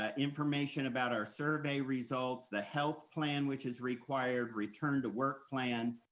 ah information about our survey results, the health plan, which is required, return to work plan,